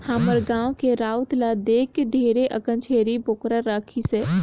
हमर गाँव के राउत ल देख ढेरे अकन छेरी बोकरा राखिसे